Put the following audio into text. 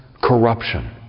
corruption